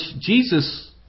Jesus